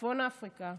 צפון אפריקה,